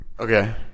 Okay